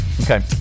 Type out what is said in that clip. Okay